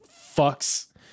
Fucks